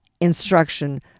instruction